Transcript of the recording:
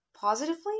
positively